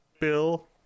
Bill